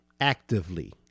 actively